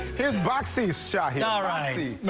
here's boxes shocking are i know